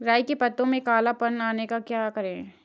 राई के पत्तों में काला पन आने पर क्या करें?